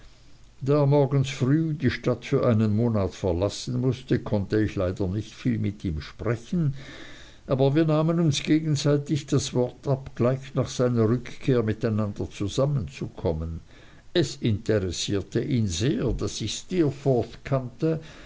da er morgens früh die stadt für einen monat verlassen mußte konnte ich leider nicht viel mit ihm sprechen aber wir nahmen uns gegenseitig das wort ab gleich nach seiner rückkehr miteinander zusammenzukommen es interessierte ihn sehr daß ich steerforth kannte